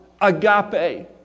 Agape